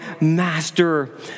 master